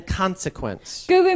consequence